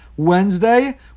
Wednesday